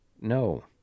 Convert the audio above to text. No